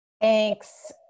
Thanks